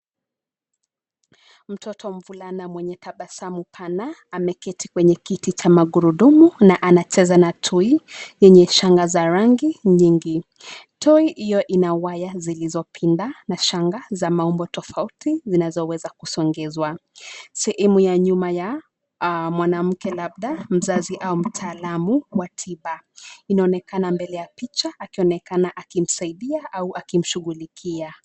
Mtoto mvulana mwenye tabasamu pana ameketi kwenye kiti cha magurudumu na anacheza na toy yenye shanga za rangi nyingi. Toy hio ina waya zilizopinda na shanga za maumbo tofauti zinazoweza kusongeshwa. Sehemu ya nyuma ya mwanamke labda mzazi au mtaalumu wa tiba inaonekana mbele ya picha akionekana kumsaidia au kumshughulikia.